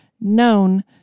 known